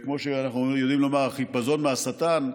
כמו שאנחנו יודעים לומר: החיפזון מהשטן,